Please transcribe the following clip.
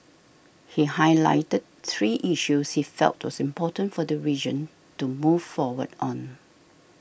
he highlighted three issues he felt was important for the region to move forward on